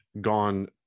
gone